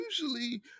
usually